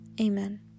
Amen